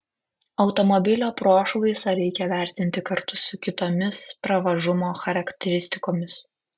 automobilio prošvaisą reikia vertinti kartu su kitomis pravažumo charakteristikomis